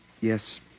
Yes